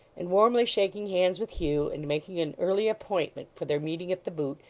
and warmly shaking hands with hugh, and making an early appointment for their meeting at the boot,